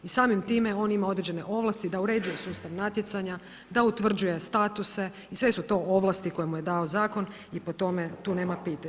I samim time on ima određene ovlasti da uređuje sustav natjecanja, da utvrđuje statuse, sve su to ovlasti koje mu je dao zakon i po tome tu nema pitanja.